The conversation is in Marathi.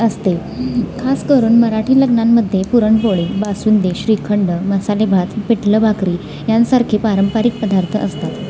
असते खास करून मराठी लग्नांमध्ये पुरणपोळी बासुंदी श्रीखंड मसालेभात पिठलं भाकरी यांसारखी पारंपरिक पदार्थ असतात